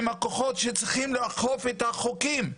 עם הכוחות שצריכים לאכוף את החוקים.